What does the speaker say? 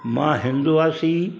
मां हिंदवासी